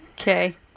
Okay